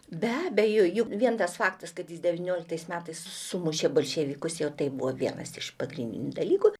be abejo juk vien tas faktas kad jis devynioliktais metais sumušė bolševikus jau tai buvo vienas iš pagrindinių dalykų